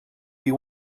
you